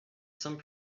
some